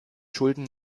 schulden